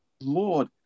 Lord